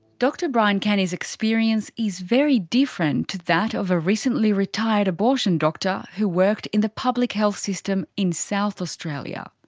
dr bryan kenny's experience is very different to that of a recently retired abortion doctor who worked in the public health system in south australia.